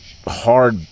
hard